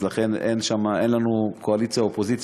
ולכן אין לנו קואליציה אופוזיציה,